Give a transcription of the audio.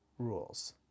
rules